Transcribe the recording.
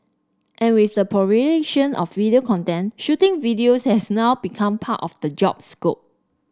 and with the of video content shooting videos has now become part of the job scope